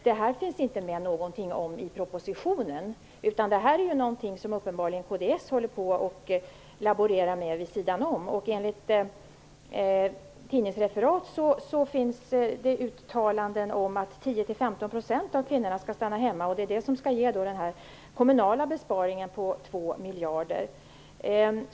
Det här nämns inte alls i propositionen, utan det här är något som uppenbarligen kds håller på att laborera med vid sidan om. Enligt tidningsreferat finns uttalanden om att 10--15 % av kvinnorna skall stanna hemma och att det är det som skall ge upphov till den kommunala besparingen på 2 miljarder.